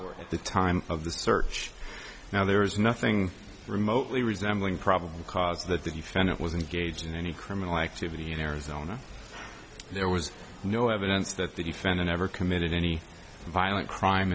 officer at the time of the search now there is nothing remotely resembling probable cause that the defendant was engaged in any criminal activity in arizona there was no evidence that the defendant ever committed any violent crime